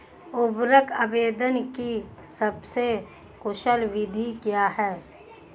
उर्वरक आवेदन की सबसे कुशल विधि क्या है?